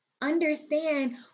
Understand